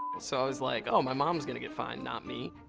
so i was like, oh my mom's going to get fined, not me.